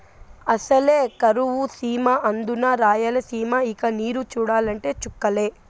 అసలే కరువు సీమ అందునా రాయలసీమ ఇక నీరు చూడాలంటే చుక్కలే